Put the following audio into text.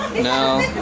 now